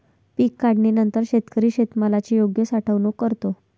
पीक काढणीनंतर शेतकरी शेतमालाची योग्य साठवणूक करतो